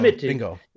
Bingo